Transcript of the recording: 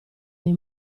nei